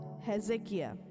Hezekiah